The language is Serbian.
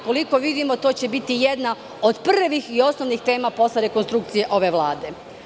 Koliko vidimo, to će biti jedna od prvih i osnovnih tema posle rekonstrukcije ove Vlade.